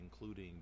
including